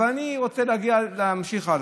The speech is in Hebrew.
אבל אני רוצה להמשיך הלאה.